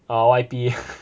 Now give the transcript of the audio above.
oh Y_P